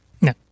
No